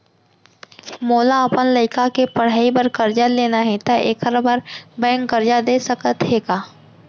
मोला अपन लइका के पढ़ई बर करजा लेना हे, त एखर बार बैंक करजा दे सकत हे का?